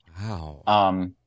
Wow